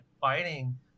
fighting